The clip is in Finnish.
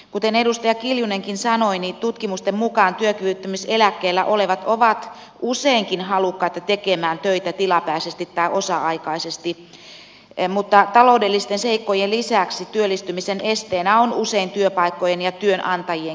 kuten edustaja kiljunenkin sanoi tutkimusten mukaan työkyvyttömyyseläkkeellä olevat ovat useinkin halukkaita tekemään töitä tilapäisesti tai osa aikaisesti mutta taloudellisten seikkojen lisäksi työllistymisen esteenä ovat usein työpaikkojen ja työnantajienkin asenteet